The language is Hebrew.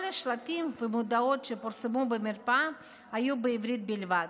כל השלטים והמודעות שפורסמו במרפאה היו בעברית בלבד.